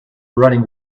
running